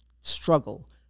struggle